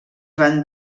van